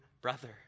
brother